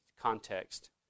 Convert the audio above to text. context